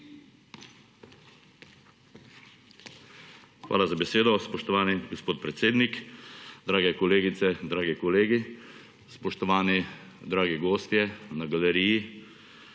Hvala za besedo, spoštovani gospod predsednik. Drage kolegice, dragi kolegi! Spoštovani dragi gostje na galeriji.